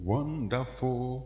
Wonderful